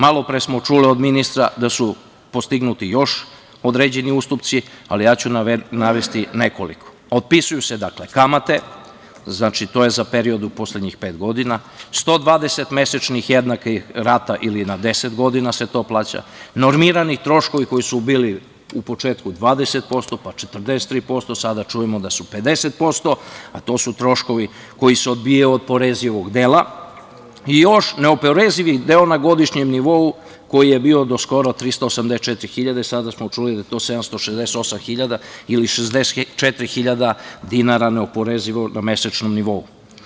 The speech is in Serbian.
Malopre smo čuli od ministra da su postignuti još određeni ustupci, ali ja ću navesti nekoliko – otpisuju se kamate, to je za period u poslednjih pet godina, 120 mesečnih jednakih rata ili na 10 godina se to plaća, normirani troškovi koji su bili u početku 20% pa 43%, a sada čujemo da su 50%, a to su troškovi koji se odbijaju od oporezivog dela i još neoporezivi deo na godišnjem nivou koji je bio do skoro 384 hiljade, a sada smo čuli da je to 768 hiljada ili 64 hiljade dinara neoporezivo na mesečnom nivou.